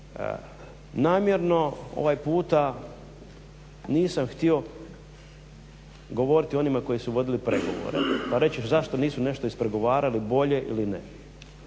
namjerno ovaj puta nisam htio govoriti o onima koji su vodili pregovore pa reći zašto nisu nešto ispregovarali bolje ili ne.